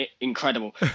incredible